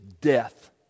death